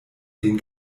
den